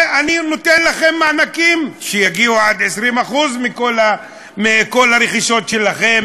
ואני נותן לכם מענקים שיגיעו עד 20% מכל הרכישות שלכם,